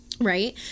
Right